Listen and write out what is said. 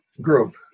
group